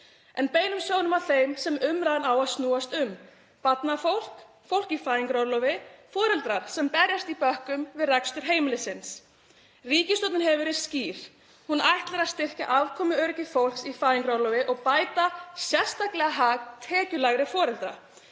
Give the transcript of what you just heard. En beinum sjónum að þeim sem umræðan á að snúast um: Barnafólk, fólk í fæðingarorlofi, foreldrar sem berjast í bökkum við rekstur heimilisins. Ríkisstjórnin hefur verið skýr. Hún ætlar að styrkja afkomuöryggi fólks í fæðingarorlofi og bæta sérstaklega hag tekjulægri foreldra.